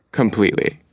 completely